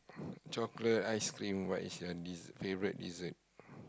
chocolate ice-cream what is your favourite dessert